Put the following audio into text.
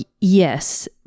yes